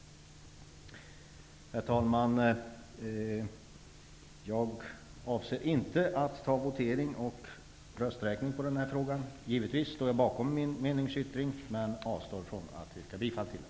Herr talman! Jag avser inte att begära votering eller rösträkning i denna fråga, men givetvis står jag bakom min meningsyttring som jag dock avstår från att yrka bifall till.